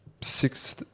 six